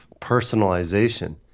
personalization